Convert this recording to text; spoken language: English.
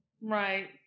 Right